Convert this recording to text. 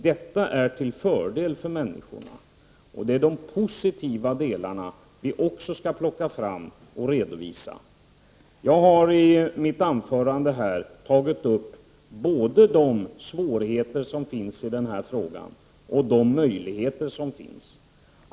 Detta är till fördel för människorna, och de positiva delarna skall vi också ta fram och redovisa. Jag har i mitt anförande tagit upp både de svårigheter som finns i den här frågan och de möjligheter som finns.